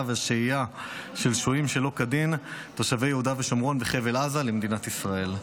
והשהייה של שוהים שלא כדין תושבי יהודה ושומרון וחבל עזה למדינת ישראל.